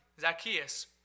Zacchaeus